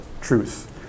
truth